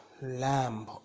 Lamb